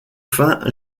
fins